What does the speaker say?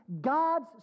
God's